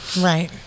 Right